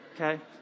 Okay